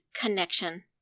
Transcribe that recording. connection